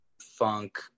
funk